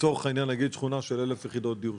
לצורך העניין נגיד שכונה של 1,000 יחידות דיור,